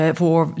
voor